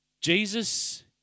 Jesus